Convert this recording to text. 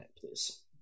please